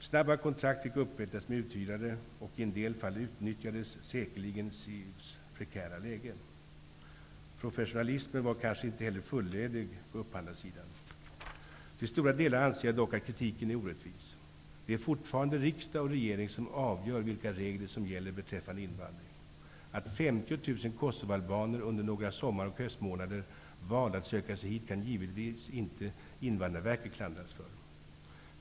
Snabba kontrakt fick upprättas med uthyrare och i en del fall utnyttjades säkerligen SIV:s prekära läge. Professionalismen var kanske inte heller fullödig på upphandlarsidan. Till stora delar anser jag dock att kritiken är orättvis. Det är fortfarande riksdag och regering som avgör vilka regler som gäller beträffande invandring. Att 50 000 kosovoalbaner under några sommar och höstmånader valde att söka sig hit kan givetvis inte Invandrarverket klandras för.